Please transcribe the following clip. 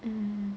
hmm